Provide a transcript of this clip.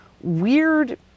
weird